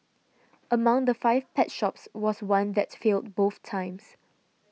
among the five pet shops was one that failed both times